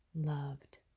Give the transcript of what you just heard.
loved